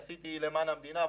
עשיתי למען המדינה,